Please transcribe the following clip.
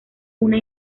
una